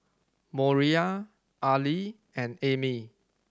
Moriah Arly and Amy